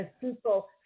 people